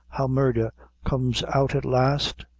how murdher comes out at last?